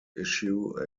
issue